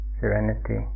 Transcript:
serenity